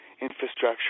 infrastructure